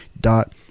dot